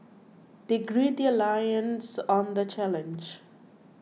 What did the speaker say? they gird their loins on the challenge